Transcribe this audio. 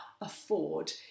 afford